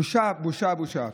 בושה, בושה, בושה.